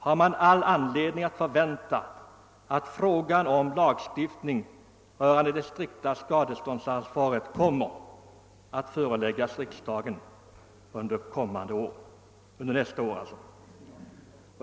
Jag har då heller inga betänkligheter mot att yrka bifall till första lagutskottets hemställan i förevarande utlåtande nr 66.